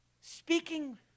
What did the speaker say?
speaking